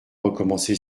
recommencer